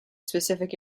specific